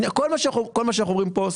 כל מה שאנחנו אומרים פה,